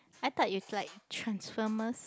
I thought it's like transformers